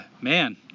man